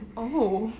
or who